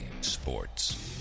Sports